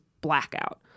blackout